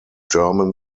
german